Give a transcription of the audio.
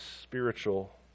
spiritual